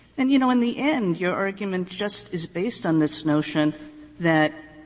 and, you know, in the end, your argument just is based on this notion that